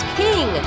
king